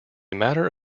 matter